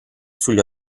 sugli